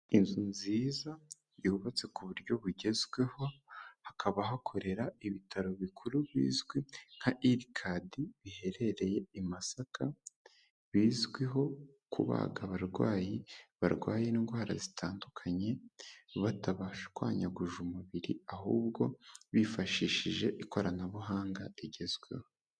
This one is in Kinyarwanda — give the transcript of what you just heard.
Inzu nziza yubatse ku buryo bugezweho, hakaba hakorera ibitaro bikuru bizwi nka Ircad biherereye i Masaka, bizwiho kubaga abarwayi barwaye indwara zitandukanye batabashwanyaguje umubiri, ahubwo bifashishije ikoranabuhanga rigezweho.